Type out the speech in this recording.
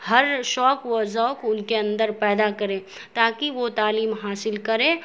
ہر شوق و ذوق ان کے اندر پیدا کریں تاکہ وہ تعلیم حاصل کرے